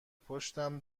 پشتم